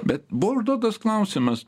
bet buvo užduotas klausimas